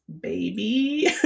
baby